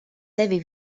tevi